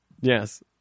Yes